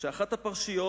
שאחת הפרשיות